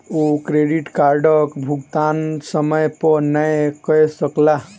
ओ credit कार्डक भुगतान समय पर नै कय सकला